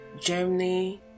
Germany